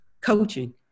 coaching